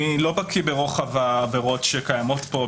אני לא בקיא ברוחב העבירות שקיימות פה,